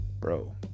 bro